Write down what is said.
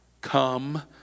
Come